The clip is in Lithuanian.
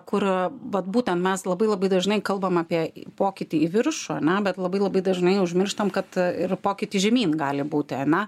kur vat būtent mes labai labai dažnai kalbam apie pokytį į viršų ane bet labai labai dažnai užmirštam kad ir pokytį žemyn gali būti ana